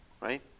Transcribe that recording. right